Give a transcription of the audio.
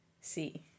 see